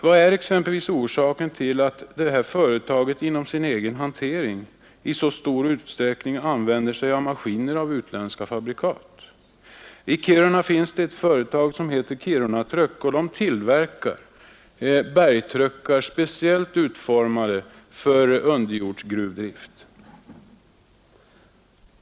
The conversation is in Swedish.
Vad är exempelvis orsaken till att detta företag inom sin egen hantering i så stor utsträckning använder sig av maskiner av utländska fabrikat? I Kiruna finns ett företag som heter Mining Transportation. Detta företag tillverkar bergstruckar speciellt avsedda för underjordisk gruvdrift.